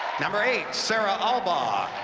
number eight, sarah albaugh.